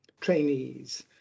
trainees